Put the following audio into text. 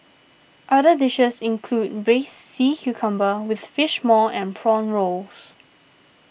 other dishes include Braised Sea Cucumber with Fish Maw and Prawn Rolls